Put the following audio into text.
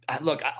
look